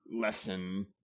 lesson